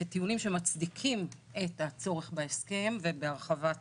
טיעונים שמצדיקים את הצורך בהסכם ובהרחבת